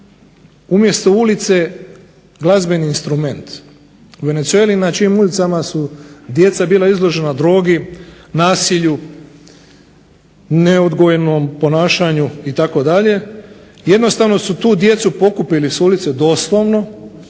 umjesto ulice, glazbeni instrument. U Venezueli na čijim ulicama djeca bila izložena drogi, nasilju, neodgojenom ponašanju itd., jednostavno su djecu doslovno pokupili s ulice i